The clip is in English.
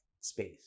space